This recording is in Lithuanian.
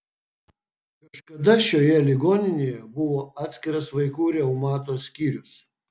kažkada šioje ligoninėje buvo atskiras vaikų reumato skyrius